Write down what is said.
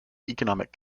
economic